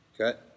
Okay